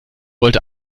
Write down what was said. wollte